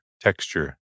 Texture